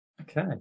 Okay